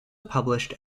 published